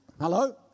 Hello